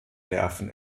nerven